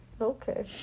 Okay